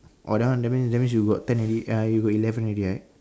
oh that one that means that means you got ten already you got eleven already right